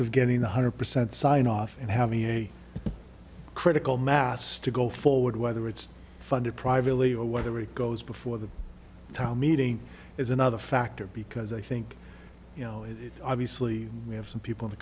of getting one hundred percent signed off and having a critical mass to go forward whether it's funded privately or whether it goes before the town meeting is another factor because i think you know obviously we have some people